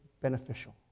beneficial